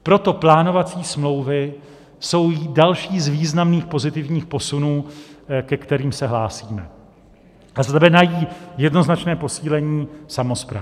Proto plánovací smlouvy jsou další z významných pozitivních posunů, ke kterým se hlásíme, a znamenají jednoznačné posílení samospráv.